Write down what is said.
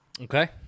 Okay